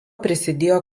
prisidėjo